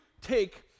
take